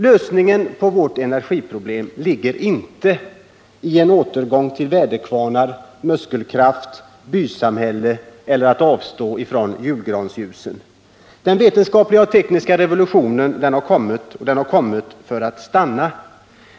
Lösningen på energiproblemen ligger inte i en återgång till väderkvarnar, muskelkraft och bysamhällen eller i att avstå från julgransljusen. Den vetenskaplig-tekniska revolutionen är här för att stanna.